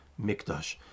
mikdash